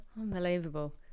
Unbelievable